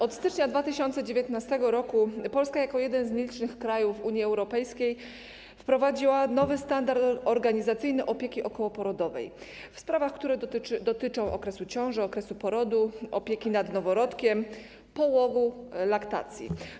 Od stycznia 2019 r. Polska jako jeden z nielicznych krajów Unii Europejskiej wprowadziła nowy standard organizacyjny opieki okołoporodowej w sprawach, które dotyczą okresu ciąży, okresu porodu, opieki nad noworodkiem, połogu i laktacji.